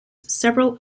several